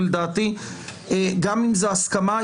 ולדעתי גם אם זאת הסכמה,